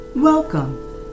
Welcome